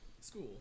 school